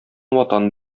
ватан